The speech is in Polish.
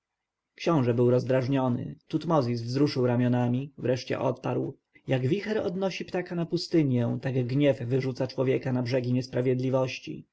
książę był rozdrażniony tutmozis wzruszył ramionami wreszcie odparł jak wicher odnosi ptaka na pustynię tak gniew wyrzuca człowieka na brzegi niesprawiedliwości